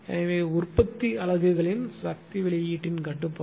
எனவே உற்பத்தி அலகுகளின் சக்தி வெளியீட்டின் கட்டுப்பாடு